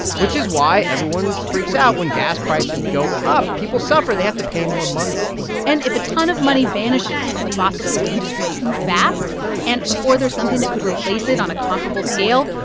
which is why everyone freaks out when gas prices go up. people suffer. they have to pay more money and if a ton of money vanishes from the fossil fuel industry too fast and before there's something that could replace it on a comparable scale,